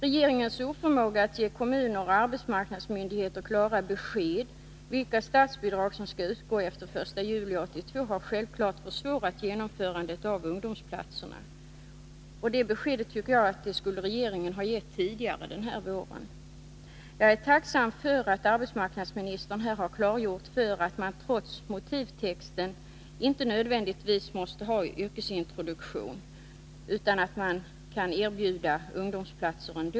Regeringens oförmåga att ge kommuner och arbetsmarknadsmyndigheter klara besked om vilka statsbidrag som skall utgå efter den 1 juli 1982 har självfallet försvårat genomförandet av systemet med ungdomsplatserna. Det beskedet skulle enligt min mening regeringen ha gett tidigare denna vår. Jag är emellertid tacksam för att arbetsmarknadsministern här har klargjort att man trots motivtexten inte nödvändigtvis måste kräva genomgången yrkesintroduktion för att kunna erbjuda ungdomsplatser.